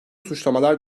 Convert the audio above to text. suçlamalar